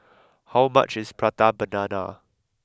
how much is Prata banana